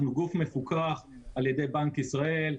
אנחנו גוף מפוקח על ידי בנק ישראל,